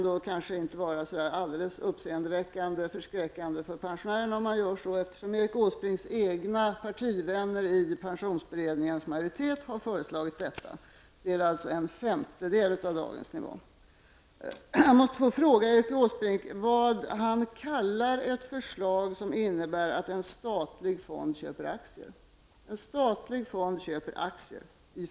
Det kan inte vara så uppseendeväckande eller förskräckande för pensionärerna att det görs, eftersom Erik Åsbrinks egna partivänner i pensionsberedningens majoritet har föreslagit detta. Jag måste få fråga Erik Åsbrink vad han kallar ett förslag som innebär att en statlig fond köper aktier i företag.